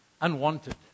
unwanted